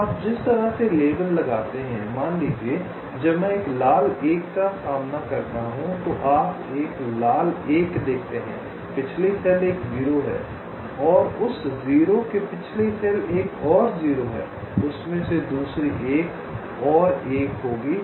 अब आप जिस तरह से लेबल लगाते हैं मान लीजिए जब मैं एक लाल 1 का सामना करता हूं तो आप एक लाल 1 देखते हैं पिछली सेल एक 0 है और उस 0 से पिछली सेल एक और 0 है उसमें से दूसरी 1 और 1 होगी